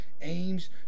aims